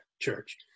church